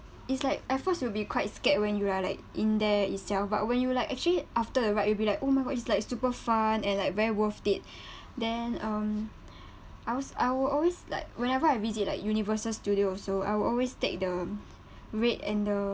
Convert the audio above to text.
it's like at first you will be quite scared when you are like in there itself but when you like actually after a ride you'll be like oh my god is like super fun and like very worth it then um I was I would always like whenever I visit like universal studio also I will always take the red and the